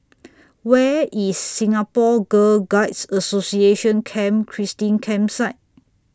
Where IS Singapore Girl Guides Association Camp Christine Campsite